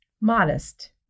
modest